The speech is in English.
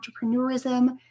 entrepreneurism